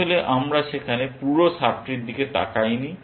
আসলে আমরা সেখানে পুরো সাব ট্রির দিকে তাকাইনি